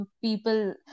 people